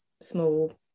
small